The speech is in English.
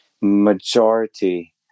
Majority